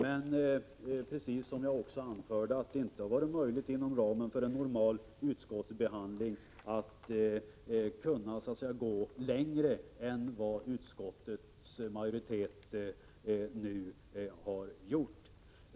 Men jag sade också att det inom ramen för en normal utskottsbehandling inte varit möjligt att gå längre än vad utskottsmajoriteten gjort.